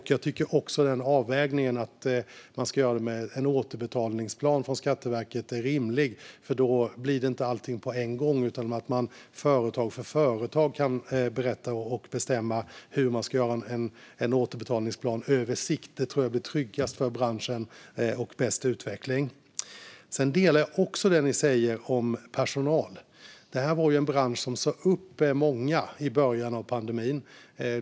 Jag tycker också att avvägningen, att det ska göras en återbetalningsplan från Skatteverket, är rimlig. Då blir det inte allting på en gång, utan företag för företag kan berätta om och bestämma hur man ska göra en återbetalningsplan över tid. Det tror jag blir tryggast för branschen och leder till bäst utveckling. Jag håller också med om det ni säger när det gäller personal. Det är en bransch som sa upp många i början av pandemin.